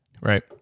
right